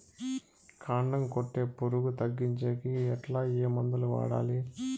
కాండం కొట్టే పులుగు తగ్గించేకి ఎట్లా? ఏ మందులు వాడాలి?